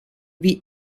wie